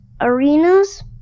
arenas